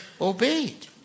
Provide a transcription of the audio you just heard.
obeyed